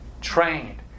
trained